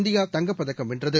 India தங்கப் பதக்கம் வென்றது